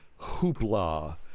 hoopla